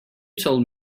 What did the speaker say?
told